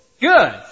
Good